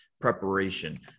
preparation